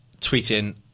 Tweeting